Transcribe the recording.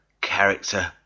character